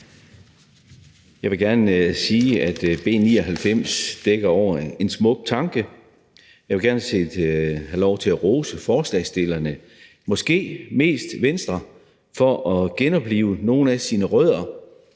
Jeg vil gerne sige, at B 99 dækker over en smuk tanke. Jeg vil gerne have lov til at rose forslagsstillerne – måske mest Venstre for at genoplive nogle af sine rødder